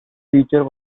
feature